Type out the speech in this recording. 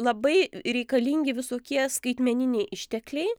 labai reikalingi visokie skaitmeniniai ištekliai